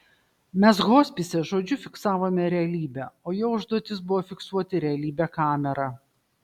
mes hospise žodžiu fiksavome realybę o jo užduotis buvo fiksuoti realybę kamera